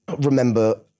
remember